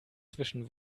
zwischen